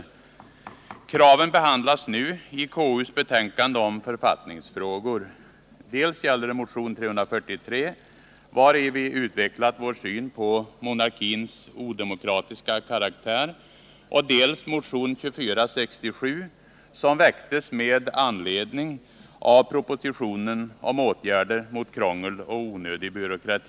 Dessa krav behandlas nu i KU:s betänkande om författningsfrågor m.m. Det gäller dels motion 343, i vilken vi utvecklar vår syn på monarkins odemokratiska karaktär, dels motion 2467, som vi väckt med anledning av propositionen om åtgärder mot krångel och onödig byråkrati.